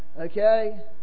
Okay